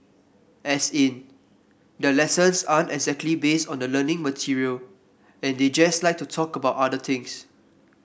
as in their lessons aren't exactly based on the learning material and they just like to talk about other things